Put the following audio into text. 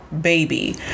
baby